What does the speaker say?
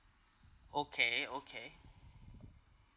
okay okay